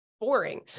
boring